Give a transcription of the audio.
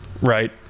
right